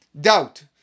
doubt